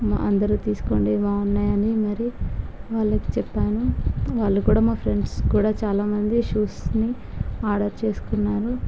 అందరూ తీసుకోండి బాగున్నాయి అని మరీ వాళ్ళకి చెప్పాను వాళ్ళు కూడా మా ఫ్రెండ్స్ కూడా చాలామంది షూస్ని ఆర్డర్ చేసుకున్నారు